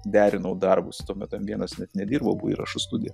derinau darbus tuo metu em vienas net nedirbo buvo įrašų studiją